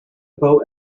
boat